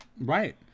Right